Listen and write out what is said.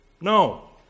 No